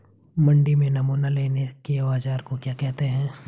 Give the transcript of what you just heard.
मंडी में नमूना लेने के औज़ार को क्या कहते हैं?